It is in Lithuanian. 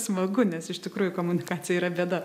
smagu nes iš tikrųjų komunikacija yra bėda